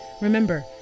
remember